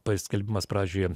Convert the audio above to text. paskelbimas pradžioje